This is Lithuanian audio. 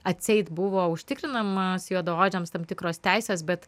atseit buvo užtikrinamos juodaodžiams tam tikros teisės bet